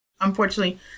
Unfortunately